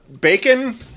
bacon